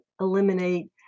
eliminate